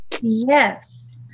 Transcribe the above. Yes